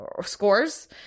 scores